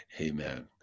Amen